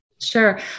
Sure